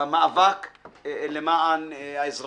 ממאבק בתופעה למיגור התופעה.